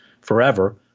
forever